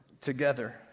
together